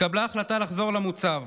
התקבלה החלטה לחזור למוצב,